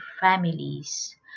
families